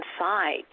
inside